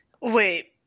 Wait